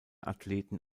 athleten